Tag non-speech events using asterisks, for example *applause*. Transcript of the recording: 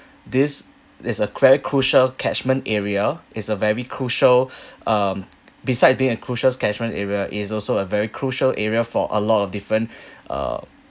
this is a very crucial catchment area is a very crucial *breath* um beside being a crucial catchment area is also a very crucial area for a lot of different *breath* uh